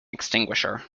extinguisher